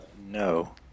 no